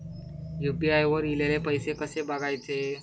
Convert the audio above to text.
UPI वर ईलेले पैसे कसे बघायचे?